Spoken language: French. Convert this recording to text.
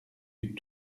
eût